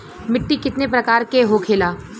मिट्टी कितने प्रकार के होखेला?